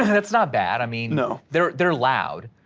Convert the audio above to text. that's not bad. i mean, you know they're they're loud.